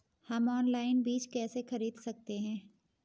हम ऑनलाइन बीज कैसे खरीद सकते हैं?